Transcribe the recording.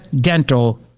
Dental